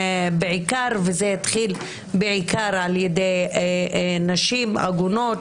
וזה התחיל בעיקר על ידי נשים עגונות